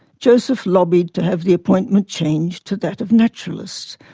joseph lobbied to have the appointment changed to that of naturalist,